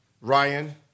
Ryan